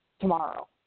tomorrow